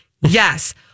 yes